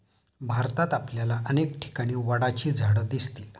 भारतात आपल्याला अनेक ठिकाणी वडाची झाडं दिसतील